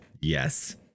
yes